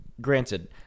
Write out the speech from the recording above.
granted